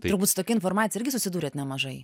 turbūt su tokia informacija irgi susidūrėt nemažai